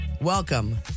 Welcome